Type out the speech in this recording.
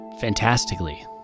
fantastically